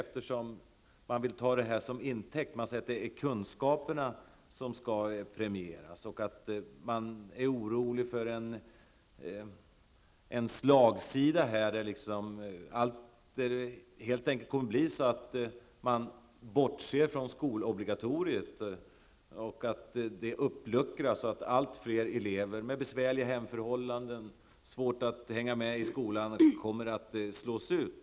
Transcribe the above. Det sägs att kunskaperna skall premieras, och lärarna är oroliga för att det blir en slagsida och att man bortser från skolobligatoriet. Det uppluckras så att allt fler elever med besvärliga hemförhållanden, vilka har svårt att hänga med i skolan, kommer att slås ut.